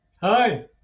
Hi